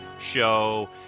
show